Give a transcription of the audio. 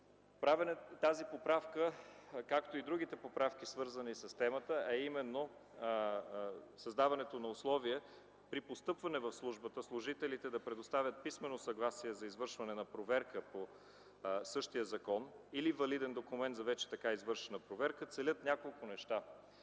работи. Тази поправка, както и другите, свързани с темата, а именно създаването на условия при постъпване в службата служителите да предоставят писмено съгласие за извършване на проверка по същия закон или валиден документ за вече така извършена проверка целят няколко неща.